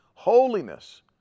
Holiness